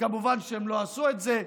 כמובן שהם לא עשו את זה,